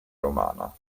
romana